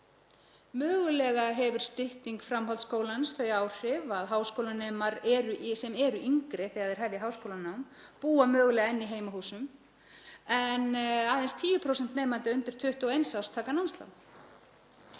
Mögulega hefur stytting framhaldsskólans þau áhrif að háskólanemar, sem eru þá yngri þegar þeir hefja háskólanám, búa enn í heimahúsum en aðeins 10% nemenda undir 21 árs taka námslán.